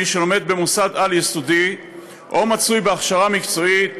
מי שלומד במוסד על-יסודי או מצוי בהכשרה מקצועית